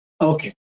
Okay